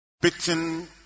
Bitten